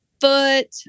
foot